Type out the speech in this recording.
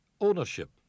ownership